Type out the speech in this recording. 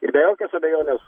ir be jokios abejonės